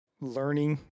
learning